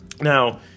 Now